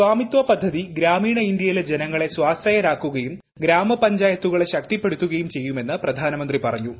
സ്വമിത്വ പദ്ധതി ഗ്രാമീണ ഇന്ത്യയിലെ ജനങ്ങളെ സ്പാശ്രയരാക്കുകയും ഗ്രാമപഞ്ചായത്തുകളെ ശക്തിപ്പെടുത്തുകയൂട് പ്രെയ്യുമെന്ന് പ്രധാനമന്ത്രി പറഞ്ഞു